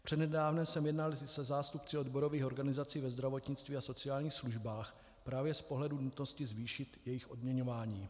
Přednedávnem jsem jednal se zástupci odborových organizací ve zdravotnictví a sociálních službách právě z pohledu nutnosti zvýšit jejich odměňování.